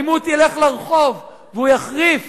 העימות ילך לרחוב, והוא יחריף